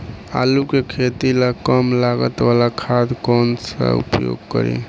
आलू के खेती ला कम लागत वाला खाद कौन सा उपयोग करी?